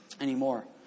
anymore